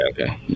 okay